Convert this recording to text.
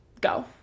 go